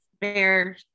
bear